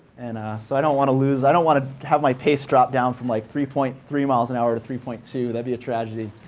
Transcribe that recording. and so i don't want to lose i don't want to have my pace dropped down from like three point three miles an hour to three point two. that'd be a tragedy.